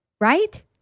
right